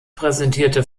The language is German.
präsentierte